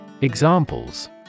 Examples